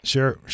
Sure